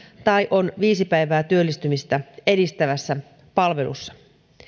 tai on viisi päivää työllistymistä edistävässä palvelussa